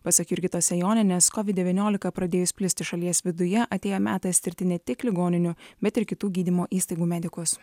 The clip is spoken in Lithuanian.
pasak jurgitos sejonienės kovid devyniolika pradėjus plisti šalies viduje atėjo metas tirti ne tik ligoninių bet ir kitų gydymo įstaigų medikus